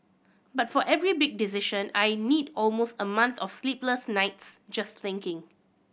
but for every big decision I need almost a month of sleepless nights just thinking